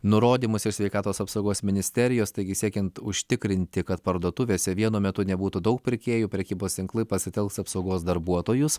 nurodymus iš sveikatos apsaugos ministerijos taigi siekiant užtikrinti kad parduotuvėse vienu metu nebūtų daug pirkėjų prekybos tinklai pasitelks apsaugos darbuotojus